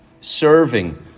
serving